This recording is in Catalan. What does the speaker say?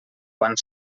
quan